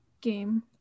game